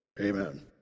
Amen